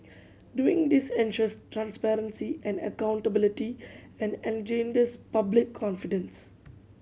doing this ensures transparency and accountability and engenders public confidence